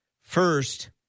first